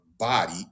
body